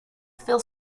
phil